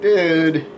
Dude